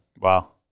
Wow